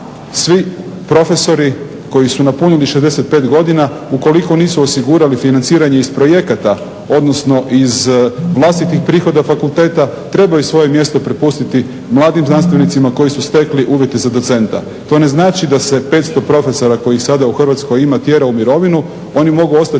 svi profesori koji su napunili 65 godina ukoliko nisu osigurali financiranje iz projekata odnosno iz vlastitih prihoda fakulteta trebaju svoje mjesto prepustiti mladim znanstvenicima koji su stekli uvjete za docenta. To ne znači da se 500 profesora kojih sada u Hrvatskoj ima tjera u mirovinu, oni mogu ostati raditi